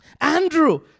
Andrew